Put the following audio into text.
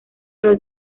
los